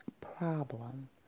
problem